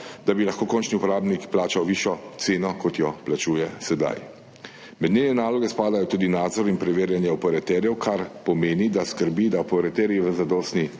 bi lahko končni uporabnik plačal višjo ceno kot jo plačuje sedaj. Med njene naloge spadajo tudi nadzor in preverjanje operaterjev, kar pomeni, da skrbi, da operaterji v zadostni